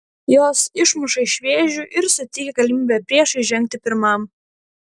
jos išmuša iš vėžių ir suteikia galimybę priešui žengti pirmam